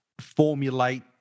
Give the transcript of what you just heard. formulate